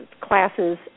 classes